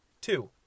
two